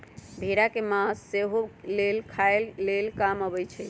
भेड़ा के मास सेहो लेल खाय लेल काम अबइ छै